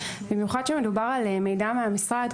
במיוחד שמדובר על מידע מהמשרד.